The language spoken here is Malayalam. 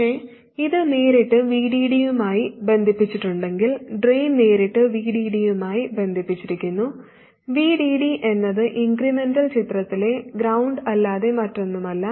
പക്ഷേ ഇത് നേരിട്ട് VDD യുമായി ബന്ധിപ്പിച്ചിട്ടുണ്ടെങ്കിൽ ഡ്രെയിൻ നേരിട്ട് VDD യുമായി ബന്ധിപ്പിച്ചിരിക്കുന്നു VDD എന്നത് ഇൻക്രിമെന്റൽ ചിത്രത്തിലെ ഗ്രൌണ്ട് അല്ലാതെ മറ്റൊന്നുമല്ല